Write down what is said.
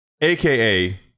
aka